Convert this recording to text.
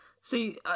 See